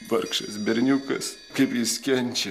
vargšas berniukas kaip jis kenčia